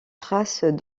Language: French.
traces